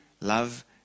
love